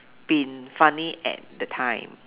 been funny at that time